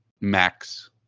max